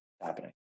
happening